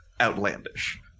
outlandish